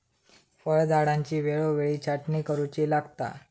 फळझाडांची वेळोवेळी छाटणी करुची लागता